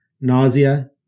nausea